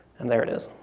and there it is.